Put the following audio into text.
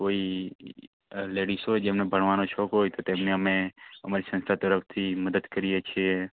કોઈ લેડીસ હોય જેમને ભણવાનો શોખ હોય તો તેમને અમે અમારી સંસ્થા તરફથી મદદ કરીએ છીએ